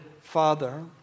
father